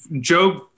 Job